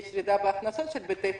יש ירידה בהכנסות של בתי החולים.